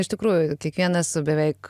iš tikrųjų kiekvienas beveik